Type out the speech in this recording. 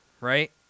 right